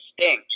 Sting